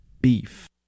Beef